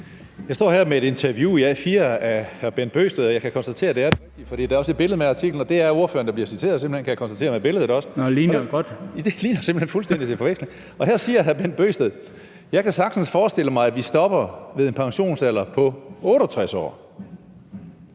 Jeg står her med et interview i A4 med hr. Bent Bøgsted, og jeg kan konstatere, at det er det rigtige, for der er også et billede med i artiklen; det er simpelt hen ordføreren, der bliver citeret, kan jeg konstatere, også på grund af billedet. (Bent Bøgsted (DF): Ligner det godt?). Ja, det ligner fuldstændig til forveksling. Og der siger hr. Bent Bøgsted: »Jeg kan sagtens forestille mig, at vi stopper ved en pensionsalder på 68 år.